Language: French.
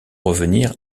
revenir